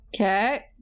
Okay